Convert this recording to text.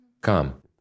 come